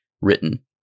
written